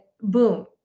boom